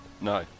No